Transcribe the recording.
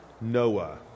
Noah